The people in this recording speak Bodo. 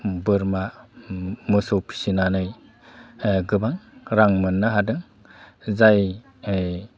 बोरमा मोसौ फिनानै गोबां रां मोननो हादों जाय ओइ